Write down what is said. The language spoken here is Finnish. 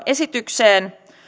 esitykseen